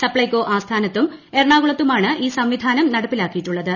സപ്പൈകോ ആസ്ഥാനത്തും എറണാകുളത്തുമാണ് ഈ സംവിധാനം നടപ്പിലാക്കിയിട്ടുള്ളത്